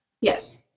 Yes